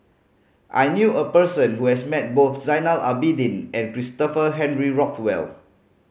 I knew a person who has met both Zainal Abidin and Christopher Henry Rothwell